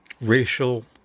racial